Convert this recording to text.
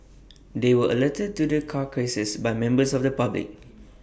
they were alerted to the carcasses by members of the public